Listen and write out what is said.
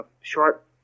short